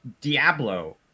Diablo